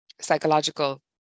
psychological